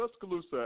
Tuscaloosa